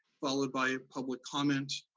followed by public comment,